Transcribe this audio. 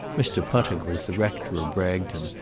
mr. puttock was the rector of bragton,